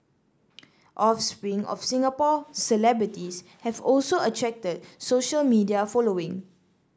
offspring of Singapore celebrities have also attracted social media following